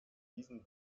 diesen